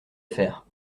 faire